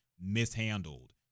mishandled